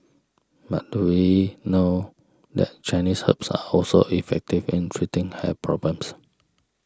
but do we know that Chinese herbs are also effective in treating hair problems